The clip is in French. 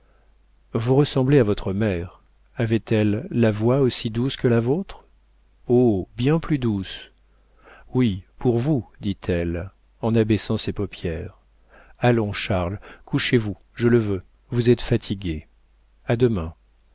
vous ressemblez à votre mère avait-elle la voix aussi douce que la vôtre oh bien plus douce oui pour vous dit-elle en abaissant ses paupières allons charles couchez-vous je le veux vous êtes fatigué a demain